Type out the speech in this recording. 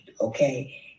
okay